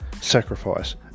sacrifice